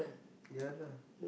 ya lah